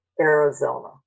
Arizona